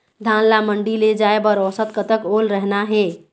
धान ला मंडी ले जाय बर औसत कतक ओल रहना हे?